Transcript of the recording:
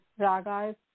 ragas